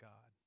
God